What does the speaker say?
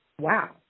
Wow